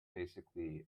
basically